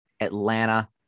Atlanta